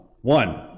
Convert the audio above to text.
One